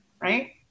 right